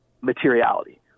materiality